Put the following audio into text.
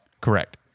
Correct